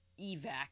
evac